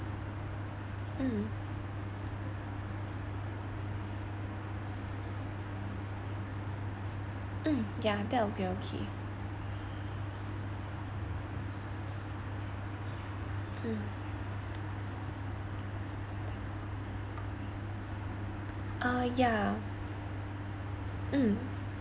mm mm yeah that'll be okay mm uh yeah mm